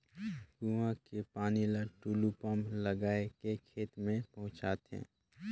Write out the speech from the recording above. कुआं के पानी ल टूलू पंप लगाय के खेत में पहुँचाथे